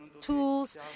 tools